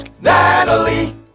Natalie